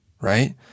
Right